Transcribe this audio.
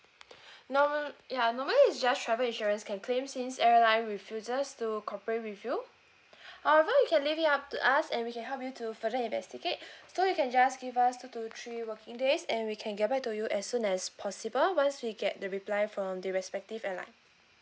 norma~ ya normally is just travel insurance can claim since airline refuses to cooperate with you however you can leave it up to us and we can help you to further investigate so you can just give us two to three working days and we can get back to you as soon as possible once we get the reply from the respective airline